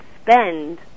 spend